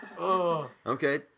Okay